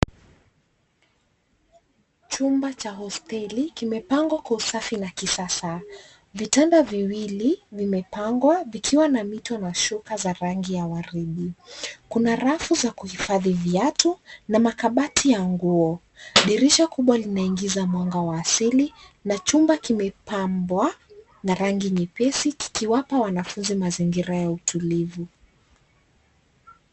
Chumba cha hosteli kimepangwa kwa usafi na kisasa. Vitanda viwili vimepangwa vikiwa na mito shuka za rangi ya waridi. Kuna rafu za kuhifadhi viatu na makabati ya nguo, dirisha kubwa linaingiza mwanga wa asili na chumba kimepambwa na rangi nyepesi, kikiwapa wanafunzi mazingira ya utulivu.